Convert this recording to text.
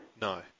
No